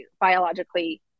biologically